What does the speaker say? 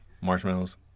Marshmallows